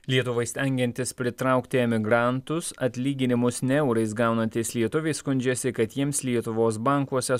lietuvai stengiantis pritraukti emigrantus atlyginimus ne eurais gaunantys lietuviai skundžiasi kad jiems lietuvos bankuose